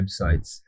websites